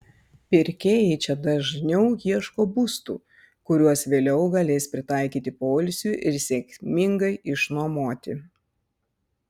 pirkėjai čia dažniau ieško būstų kuriuos vėliau galės pritaikyti poilsiui ir sėkmingai išnuomoti